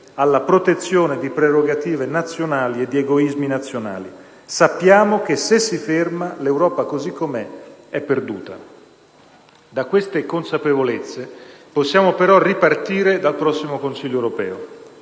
alla protezione di prerogative nazionali e di egoismi nazionali. Sappiamo che, se si ferma, l'Europa, così com'è, è perduta. Da queste consapevolezze possiamo però ripartire nel prossimo Consiglio europeo.